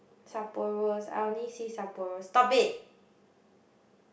Sapporo I only see Sapporo stop it